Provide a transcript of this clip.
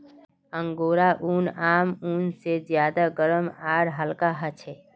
angora ऊन आम ऊन से ज्यादा गर्म आर हल्का ह छे